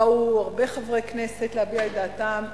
באו הרבה חברי כנסת להביע את דעתם,